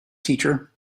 teacher